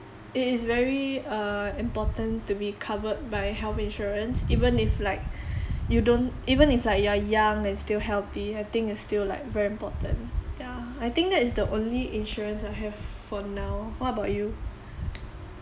it is very err important to be covered by health insurance even if like you don't even if like you're young and still healthy I think it's still like very important yeah I think that it's the only insurance I have for now what about you